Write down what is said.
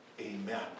Amen